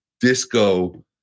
disco